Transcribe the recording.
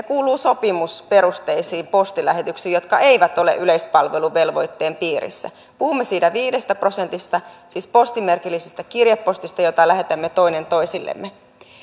kuuluvat sopimusperusteisiin postilähetyksiin jotka eivät ole yleispalveluvelvoitteen piirissä puhumme siitä viidestä prosentista siis postimerkillisestä kirjepostista jota lähetämme toinen toisillemme